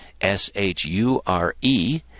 S-H-U-R-E